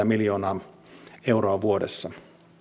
miljoonaa euroa vuodessa